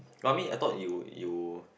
I mean I thought you'll you'll